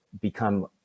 become